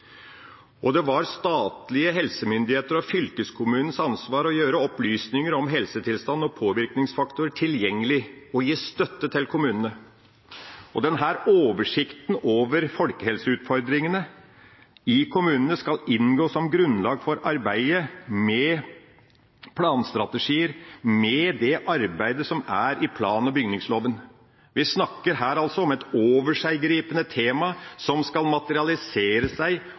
og det var statlige helsemyndigheter og fylkeskommunens ansvar å gjøre opplysninger om helsetilstand og påvirkningsfaktorer tilgjengelige og gi støtte til kommunene. Denne oversikten over folkehelseutfordringene i kommunene skal inngå som grunnlag for arbeidet med planstrategier, med det arbeidet som er i plan- og bygningsloven. Vi snakker her om et overgripende tema som skal materialisere seg